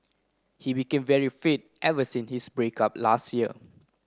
he became very fit ever since his break up last year